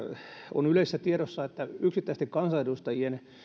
on yleisessä tiedossa että yksittäisten kansanedustajien